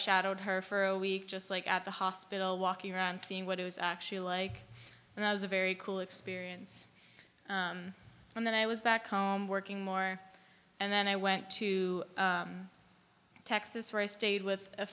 shadowed her for a week just like at the hospital walking around seeing what i was actually like and i was a very cool experience and then i was back home working more and then i went to texas where i stayed with a